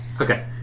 Okay